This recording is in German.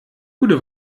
gute